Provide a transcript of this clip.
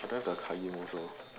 I don't have the card game also